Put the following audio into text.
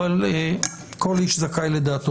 אבל כל איש זכאי לדעתו.